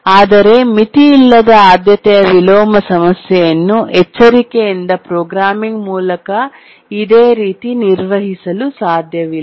ಆದರೆ ಮಿತಿಯಿಲ್ಲದ ಆದ್ಯತೆಯ ವಿಲೋಮ ಸಮಸ್ಯೆಯನ್ನು ಎಚ್ಚರಿಕೆಯಿಂದ ಪ್ರೋಗ್ರಾಮಿಂಗ್ ಮೂಲಕ ಇದೇ ರೀತಿ ನಿರ್ವಹಿಸಲು ಸಾಧ್ಯವಿಲ್ಲ